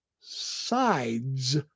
sides